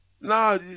No